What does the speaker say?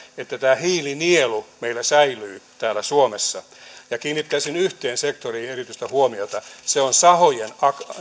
että tämä hiilinielu säilyy meillä täällä suomessa kiinnittäisin yhteen sektoriin erityistä huomiota se on sahojen